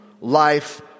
life